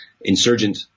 insurgent